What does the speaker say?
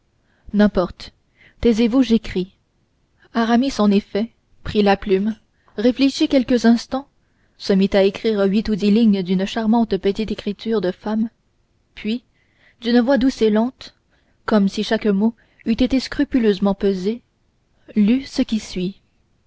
n'importe taisez-vous j'écris aramis en effet prit la plume réfléchit quelques instants se mit à écrire huit ou dix lignes d'une charmante petite écriture de femme puis d'une voix douce et lente comme si chaque mot eût été scrupuleusement pesé il lut ce qui suit